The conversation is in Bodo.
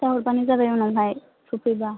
खिन्थाहरबानो जाबाय उनावहाय सफैबा